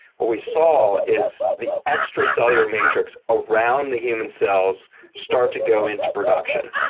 what we saw is the extracellular matrix around the human cells start to go into production.